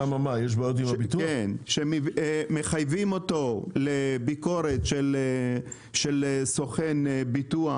לבדוק, שמחייבים אותו לביקורת של סוכן ביטוח,